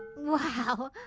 wow